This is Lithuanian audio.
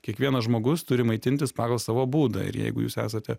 kiekvienas žmogus turi maitintis pagal savo būdą ir jeigu jūs esate